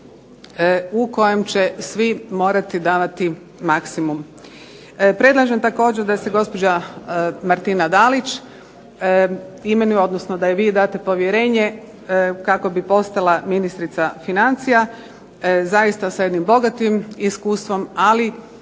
u kojem će svi morati davati maksimum. Predlažem također da se gospođa Martina Dalić imenuje odnosno da joj vi date povjerenje kako bi postala ministrica financija zaista sa jednim bogatim iskustvom, ali